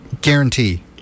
guarantee